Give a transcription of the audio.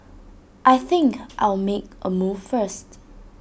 I think I'll make A move first